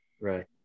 Right